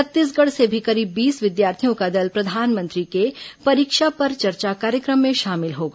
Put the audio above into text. छत्तीसगढ़ से भी करीब बीस विद्यार्थियों का दल प्रधानमंत्री के परीक्षा पर चर्चा कार्यक्रम में शामिल होगा